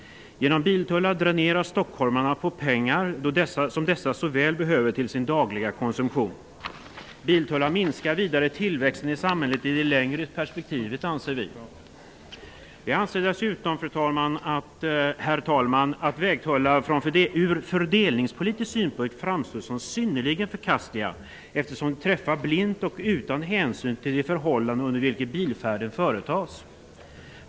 Genom biltullar dräneras stockholmarna på pengar som dessa så väl behöver till sin dagliga konsumtion. Biltullar minskar vidare tillväxten i samhället i det längre perspektivet, anser vi. Vi anser dessutom, herr talman, att vägtullar ur fördelningspolitisk synpunkt framstår som synnerligen förkastliga, eftersom de träffar blint och utan hänsyn till de förhållanden under vilken bilfärden företas.